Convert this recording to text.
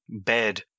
bed